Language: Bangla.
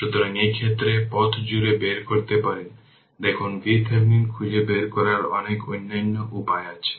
সুতরাং এই ক্ষেত্রে এটি 5 বাই 5 2 i1